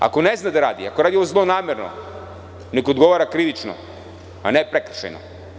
Ako ne zna da radi i ako radi zlonamerno, neka odgovara krivično, a ne prekršajno.